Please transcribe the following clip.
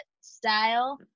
style